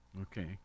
Okay